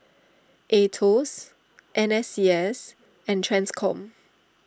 Aetos N S C S and Transcom